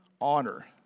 honor